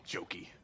Jokey